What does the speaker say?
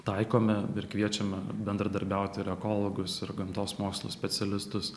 taikome ir kviečiame bendradarbiauti ir ekologus ir gamtos mokslų specialistus